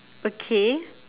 okay